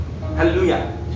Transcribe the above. Hallelujah